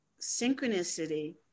synchronicity